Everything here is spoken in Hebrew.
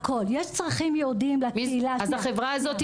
יש צרכים ייעודיים לקהילה עצמה.